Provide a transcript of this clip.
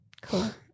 Cool